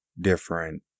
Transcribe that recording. different